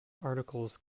articles